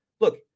look